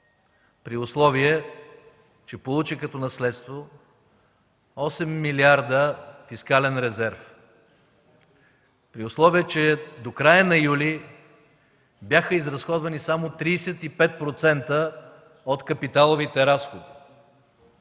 при условие че получи като наследство осем милиарда фискален резерв, при условие че до края на юли бяха изразходвани само 35% от капиталовите разходи.